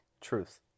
truth